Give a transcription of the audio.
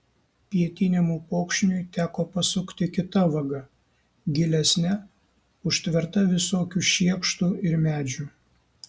pietiniam upokšniui teko pasukti kita vaga gilesne užtverta visokių šiekštų ir medžių